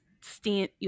stand